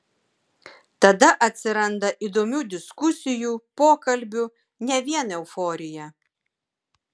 tada atsiranda įdomių diskusijų pokalbių ne vien euforija